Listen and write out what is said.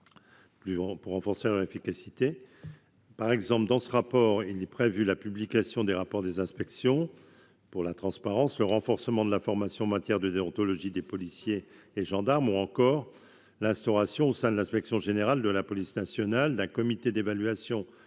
pour renforcer leur efficacité. Par exemple, dans ce rapport il est prévu la publication des rapports des inspections pour la transparence, le renforcement de la formation matière de déontologie des policiers et gendarmes ou encore l'instauration au sein de l'inspection générale de la police nationale, d'un comité d'évaluation de